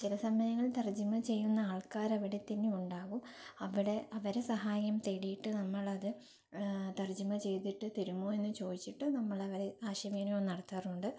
ചില സമയങ്ങളിൽ തർജിമ ചെയ്യുന്ന ആൾക്കാരവിടെ തന്നെ ഉണ്ടാകും അവിടെ അവരെ സഹായം തേടിയിട്ട് നമ്മളത് തർജ്ജിമ ചെയ്തിട്ട് തരുമോ എന്ന് ചോദിച്ചിട്ട് നമ്മളവരെ ആശയവിനിമയം നടത്താറുണ്ട്